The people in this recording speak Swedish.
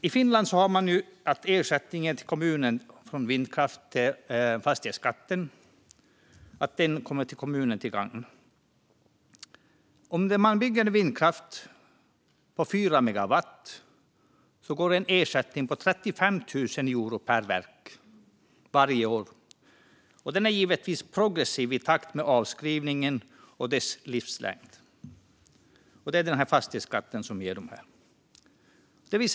I Finland är det nu på det sättet att vindkraftens fastighetsskatt kommer kommunerna till gagn. Om man bygger vindkraft på 4 megawatt blir det en ersättning på 35 000 euro per verk varje år. Den är givetvis progressiv i takt med avskrivningen och livslängden. Det är alltså denna fastighetsskatt som ger denna ersättning.